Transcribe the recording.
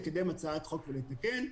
הצעת חוק ולתקן.